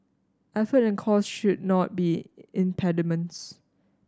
effort and cost should not be impediments